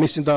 Mislim da